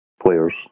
players